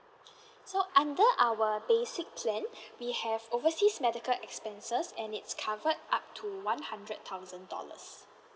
so under our basic plan we have overseas medical expenses and it's covered up to one hundred thousand dollars